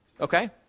Okay